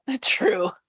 True